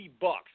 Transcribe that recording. bucks